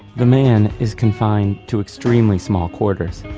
the man is confined to extremely small quarters.